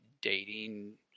dating